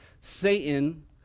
Satan